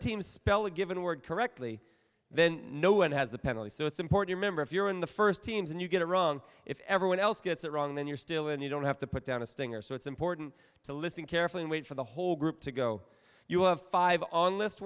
teams spell a given word correctly then no one has a penalty so it's important remember if you're in the first teams and you get a wrong if everyone else gets it wrong then you're still in you don't have to put down a stinger so it's important to listen carefully and wait for the whole group to go you have five